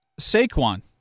Saquon